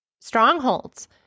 strongholds